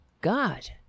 God